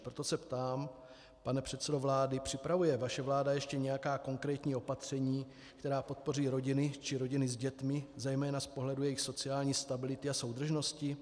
Proto se ptám, pane předsedo vlády: připravuje vaše vláda ještě nějaká konkrétní opatření, která podpoří rodiny či rodiny s dětmi zejména z pohledu jejich sociální stability a soudržnosti?